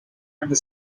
under